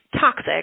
toxic